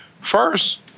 first